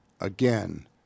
again